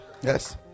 yes